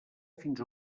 fins